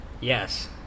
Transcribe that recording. Yes